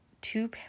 two